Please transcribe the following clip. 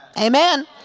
Amen